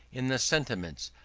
in the sentiments,